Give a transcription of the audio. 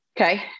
okay